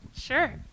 Sure